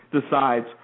decides